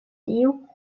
tiu